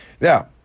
Now